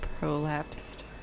prolapsed